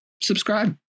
Subscribe